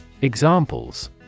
Examples